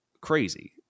crazy